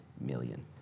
million